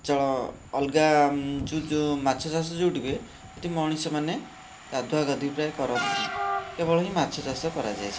ଜଳ ଅଲଗା ଯୋ ଯୋ ମାଛ ଚାଷ ଯେଉଁଠି ହୁଏ ସେଠି ମଣିଷମାନେ ଗାଧୁଆଗାଧୋଇ ପ୍ରାୟ କରନ୍ତିନି କେବଳ ହିଁ ମାଛ ଚାଷ କାରାଯାଏ ସେଠାରେ